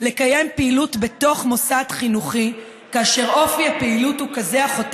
לקיים פעילות בתוך מוסד חינוכי כאשר אופי הפעילות הוא כזה החותר